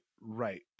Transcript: right